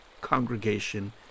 congregation